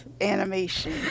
animation